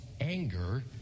anger